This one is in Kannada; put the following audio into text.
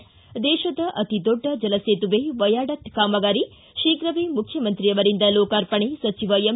ಿ ದೇಶದ ಅತಿ ದೊಡ್ಡ ಜಲಸೇತುವೆ ವಯಾಡಕ್ಕೆ ಕಾಮಗಾರಿ ಶೀಘವೇ ಮುಖ್ಯಮಂತ್ರಿ ಅವರಿಂದ ಲೋಕಾರ್ಪಣೆ ಸಚಿವ ಎಂ